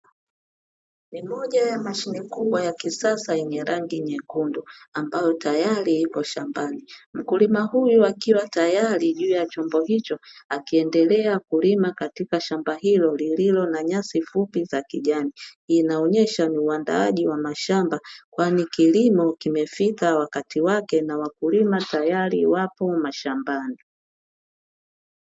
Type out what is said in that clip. Ni moja ya mashine kubwa ya kisasa yenye rangi nyekundu, ambayo tayari iko shambani. Mkulima huyu akiwa yuko tayari juu ya chombo hicho, akiendelea kulima katika shamba hilo, lililo na nyasi fupi za kijani. Inaonyesha ni uandaaji wa shamba, kwani kilimo kimefika wakati wake na wakulima tayari wapo mashambani.